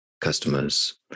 customers